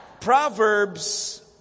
Proverbs